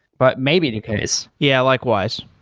but maybe the case yeah, likewise.